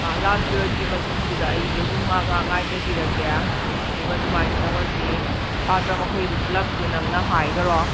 ꯂꯥꯁ ꯄꯦꯔꯣꯠꯀꯤ ꯃꯇꯨꯡꯗꯨꯗ ꯑꯩꯗꯨ ꯑꯗꯨꯝ ꯉꯥꯏꯍꯥꯛ ꯉꯥꯏꯍꯥꯛ ꯉꯥꯏꯊꯕꯤꯔꯒꯦ ꯑꯗꯨꯒ ꯑꯗꯨꯃꯥꯏꯅ ꯇꯧꯔꯁꯤ ꯁꯥꯇ꯭ꯔ ꯃꯈꯩꯗꯣ ꯄꯨꯜꯂꯞꯇꯣ ꯅꯪꯅ ꯍꯥꯏꯈꯔꯣ